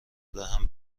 دهم